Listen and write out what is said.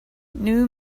new